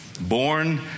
born